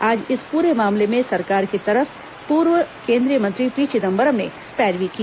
आज इस पूरे मामले में सरकार की तरफ से पूर्व केन्द्रीय मंत्री पी चिदम्बरम ने पैरवी की